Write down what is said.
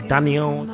Daniel